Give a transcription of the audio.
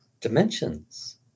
Dimensions